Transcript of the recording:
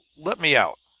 let me out!